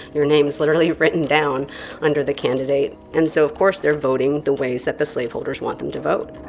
your name is literally written down under the candidate. and so, of course, they're voting the ways that the slave holders want them to vote.